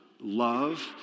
love